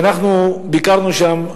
אנחנו ביקרנו שם,